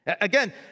Again